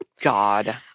God